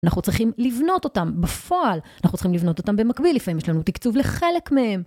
אנחנו צריכים לבנות אותם בפועל, אנחנו צריכים לבנות אותם במקביל, לפעמים יש לנו תקצוב לחלק מהם.